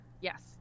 Yes